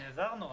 נעזרנו.